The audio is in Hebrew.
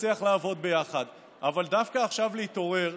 ונצליח לעבוד יחד, אבל דווקא עכשיו להתעורר,